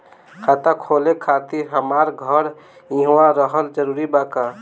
खाता खोले खातिर हमार घर इहवा रहल जरूरी बा का?